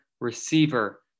receiver